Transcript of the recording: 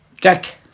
deck